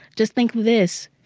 just think of this.